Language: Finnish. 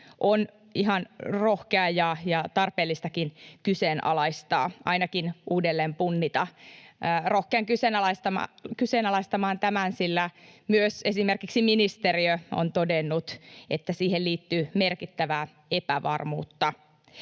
on ihan rohkeaa ja tarpeellistakin kyseenalaistaa, ainakin uudelleen punnita. Rohkenen kyseenalaistamaan tämän, sillä myös esimerkiksi ministeriö on todennut, että siihen liittyy merkittävää epävarmuutta.